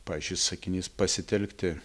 pavyzdžiui sakinys pasitelkti